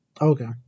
Okay